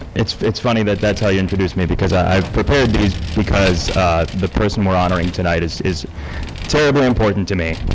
it's it's funny that that's how you introduce me because i've prepared this because the person we're honoring tonight is is terribly important to me.